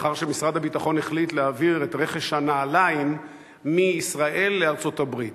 לאחר שמשרד הביטחון החליט להעביר את רכש הנעליים מישראל לארצות-הברית.